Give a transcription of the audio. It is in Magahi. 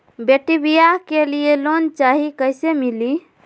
बेटी ब्याह के लिए लोन चाही, कैसे मिली?